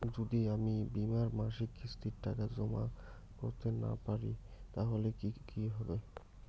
যদি আমি বীমার মাসিক কিস্তির টাকা জমা করতে না পারি তাহলে কি হবে?